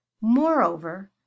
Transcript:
Moreover